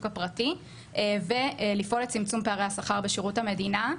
הפרטי ולפעול לצמצום פערי השכר בשירות המדינה,